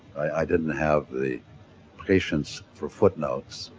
i didn't have the patience for footnotes.